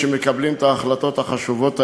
שמקבלים את ההחלטות החשובות האלה,